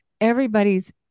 everybody's